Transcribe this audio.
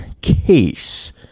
case